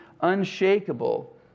unshakable